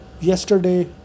Yesterday